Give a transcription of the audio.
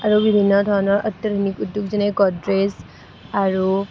আৰু বিভিন্ন ধৰণৰ অত্য়াধুনিক উদ্য়োগ যেনে গড্ৰেজ আৰু